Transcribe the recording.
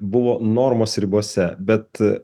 buvo normos ribose bet